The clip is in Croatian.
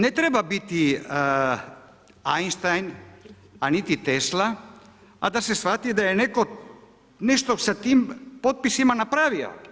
Ne treba biti Einstein, a niti Tesla da se shvati da je netko nešto sa tim tim potpisima napravio.